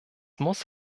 muss